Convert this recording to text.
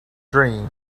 dream